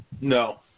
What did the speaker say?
No